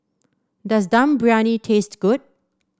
does Dum Briyani taste good